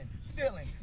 stealing